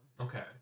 Okay